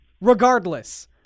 Regardless